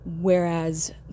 whereas